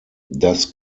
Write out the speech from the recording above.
das